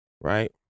right